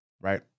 right